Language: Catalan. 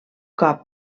cop